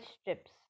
strips